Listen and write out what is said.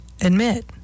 Admit